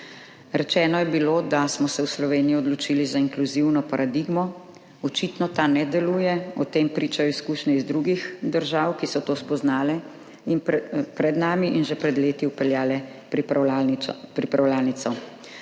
Rečeno je bilo, da smo se v Sloveniji odločili za inkluzivno paradigmo. Očitno ta ne deluje. O tem pričajo izkušnje iz drugih držav, ki so to spoznale pred nami in že pred leti vpeljale pripravljalnico.